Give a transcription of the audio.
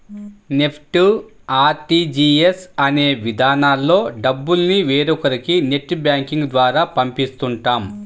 NEFT, RTGS అనే విధానాల్లో డబ్బుల్ని వేరొకరికి నెట్ బ్యాంకింగ్ ద్వారా పంపిస్తుంటాం